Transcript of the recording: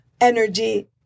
energy